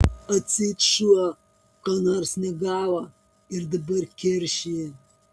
atseit šuo ko nors negavo ir dabar keršija